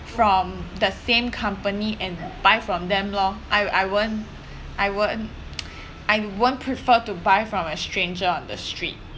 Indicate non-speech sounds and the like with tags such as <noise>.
from the same company and buy from them lor I I won't I won't <noise> I won't prefer to buy from a stranger on the street